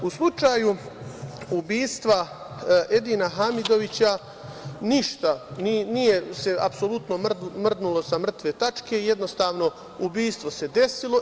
U slučaju ubistva Edina Hamidovića se nije apsolutno mrdnulo sa mrtve tačke, jednostavno ubistvo se desilo.